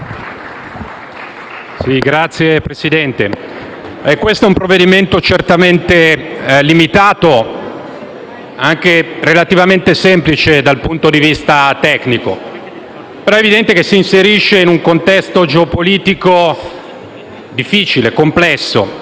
al nostro esame è un provvedimento certamente limitato e relativamente semplice dal punto di vista tecnico. È però evidente che si inserisce in un contesto geopolitico difficile e complesso,